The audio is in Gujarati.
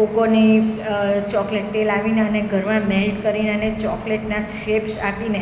કોકોની ચોકલેટ તે લાવીને અને ઘરમાં મેલ્ટ કરીને અને ચોકલેટના શેપ્સ આપીને